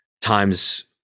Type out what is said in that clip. times